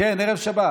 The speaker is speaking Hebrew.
כן, ערב שבת.